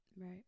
right